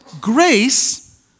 grace